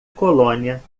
colônia